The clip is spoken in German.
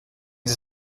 sie